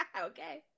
Okay